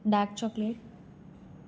dark chocolate